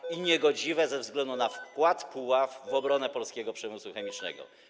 Jest to niegodziwe ze względu na wkład Puław w obronę polskiego przemysłu chemicznego.